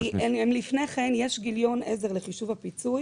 לפני כן יש גיליון עזר לחישוב הפיצוי